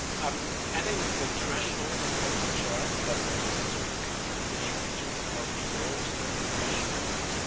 i'm adding the thresholds on the chart directly so you can see which regions are below certain thresholds,